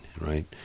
right